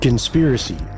Conspiracy